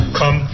come